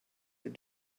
your